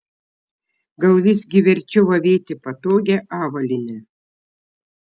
gal visgi verčiau avėti patogią avalynę